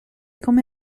come